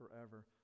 forever